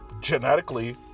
genetically